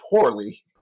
poorly